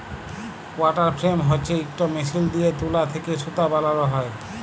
water frame হছে ইকট machine দিঁয়ে তুলা থ্যাকে সুতা বালাল হ্যয়